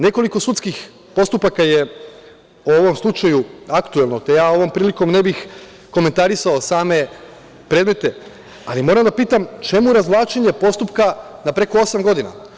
Nekoliko sudskih postupaka je u ovom slučaju aktuelno, te ovom prilikom ne bih komentarisao same predmete, ali moram da pitam – čemu razvlačenje postupka preko osam godina?